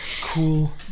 Cool